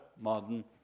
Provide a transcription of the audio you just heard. modern